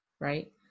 right